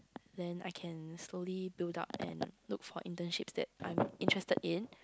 then I can slowly build up and look for internships that I'm interested in